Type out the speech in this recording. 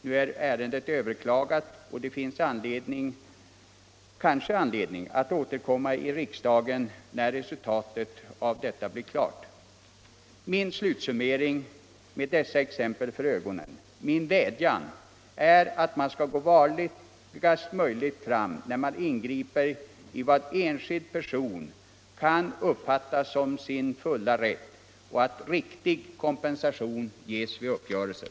Nu är ärendet överklagat, och det finns kanske anledning att återkomma i riksdagen när resultatet av detta blir klart. Min slutsummering och min vädjan med dessa exempel för ögonen är, att man skall gå fram så varligt som möjligt när man ingriper i vad enskild person kan uppfatta som sin fulla rätt och att man måste se till att riktig kompensation ges vid uppgörelser.